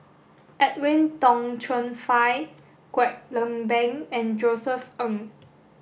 Edwin Tong Chun Fai Kwek Leng Beng and Josef Ng